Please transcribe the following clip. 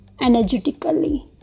energetically